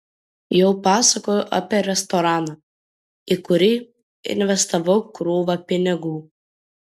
jau pasakojau apie restoraną į kurį investavau krūvą pinigų